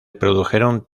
produjeron